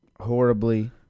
horribly